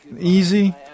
easy